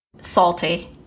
Salty